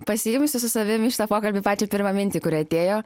pasiimsiu su savim į šitą pokalbį pačią pirmą mintį kuri atėjo